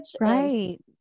Right